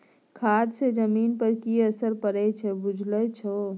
खाद सँ जमीन पर की असरि पड़य छै बुझल छौ